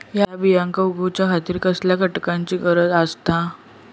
हया बियांक उगौच्या खातिर कसल्या घटकांची गरज आसता?